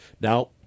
Now